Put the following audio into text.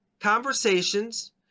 conversations